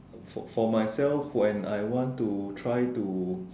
for for myself when I want to try to